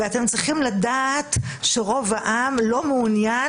ואתם צריכים לדעת שרוב העם לא מעוניין